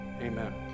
Amen